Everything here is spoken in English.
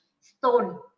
stone